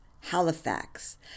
Halifax